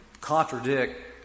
contradict